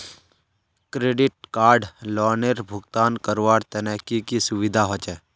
Credit card लोनेर भुगतान करवार तने की की सुविधा होचे??